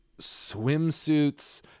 swimsuits